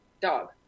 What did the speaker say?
dog